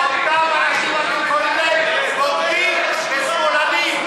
בוגדים ושמאלנים,